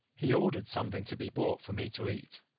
he ordered something to be brought for me to eat,